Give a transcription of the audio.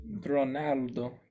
Ronaldo